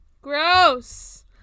gross